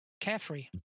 carefree